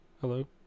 Hello